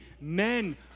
men